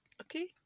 okay